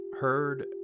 heard